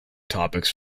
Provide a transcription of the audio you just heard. topics